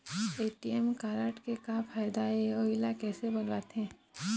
ATM card के का फायदा हे अऊ इला कैसे बनवाथे?